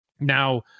Now